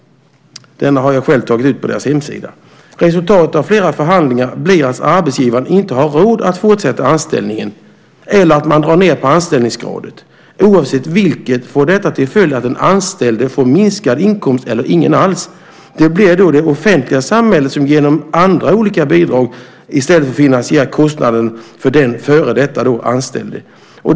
Den har jag själv tagit ut på dess hemsida. Resultatet av flera förhandlingar blir att arbetsgivaren inte har råd att fortsätta anställningen eller att man drar ned på anställningsgraden. Oavsett vilket får detta till följd att den anställde får minskad inkomst eller ingen alls. Det blir då det offentliga samhället som genom andra olika bidrag i stället får finansiera kostnaden för den före detta anställde.